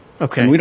Okay